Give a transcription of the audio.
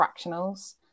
fractionals